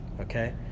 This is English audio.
okay